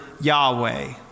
Yahweh